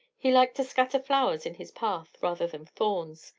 he liked to scatter flowers in his path, rather than thorns.